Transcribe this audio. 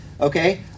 okay